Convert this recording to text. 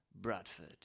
Bradford